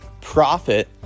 profit